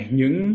những